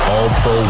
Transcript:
All-Pro